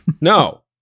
No